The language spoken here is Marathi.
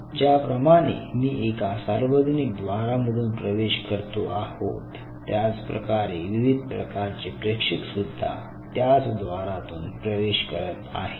ज्याप्रमाणे मी एका सार्वजनिक द्वारामधून प्रवेश करतो आहोत त्याच प्रकारे विविध प्रकारचे प्रेक्षक सुद्धा त्याच द्वारातून प्रवेश करत आहेत